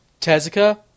Tezuka